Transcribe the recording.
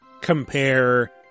compare